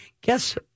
Guess